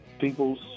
people's